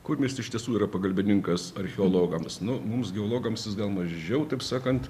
kurmis iš tiesų yra pagalbininkas archeologams nu mums geologams jis gal mažiau taip sakant